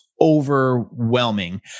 overwhelming